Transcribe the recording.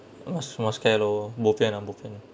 must must care loh bo pian lah bo pian lah